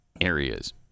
areas